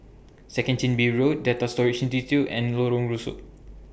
Second Chin Bee Road Data Storage Institute and Lorong Rusuk